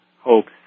hopes